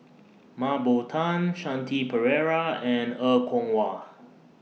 Mah Bow Tan Shanti Pereira and Er Kwong Wah